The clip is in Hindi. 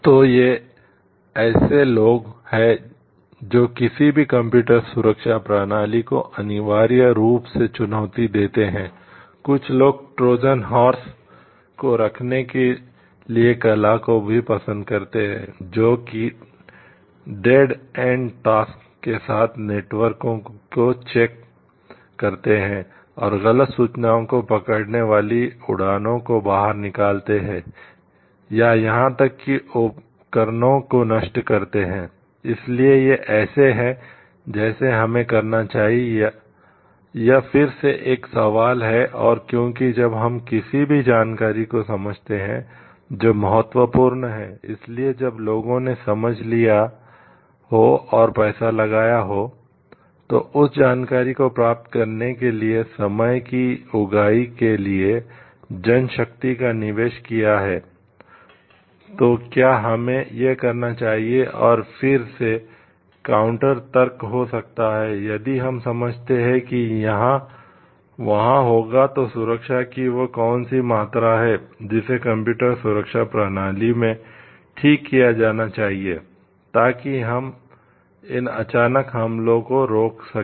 तो ये ऐसे लोग हैं जो किसी भी कंप्यूटर सुरक्षा प्रणाली में ठीक किया जाना चाहिए ताकि हम इन अचानक हमलों को रोक सकें